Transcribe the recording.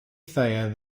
thayer